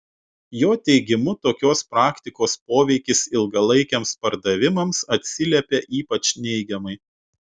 jo teigimu tokios praktikos poveikis ilgalaikiams pardavimams atsiliepia ypač neigiamai